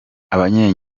abanye